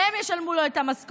שהם ישלמו לו את המשכורת,